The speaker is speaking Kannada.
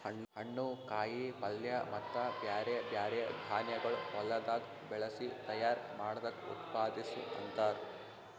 ಹಣ್ಣು, ಕಾಯಿ ಪಲ್ಯ ಮತ್ತ ಬ್ಯಾರೆ ಬ್ಯಾರೆ ಧಾನ್ಯಗೊಳ್ ಹೊಲದಾಗ್ ಬೆಳಸಿ ತೈಯಾರ್ ಮಾಡ್ದಕ್ ಉತ್ಪಾದಿಸು ಅಂತಾರ್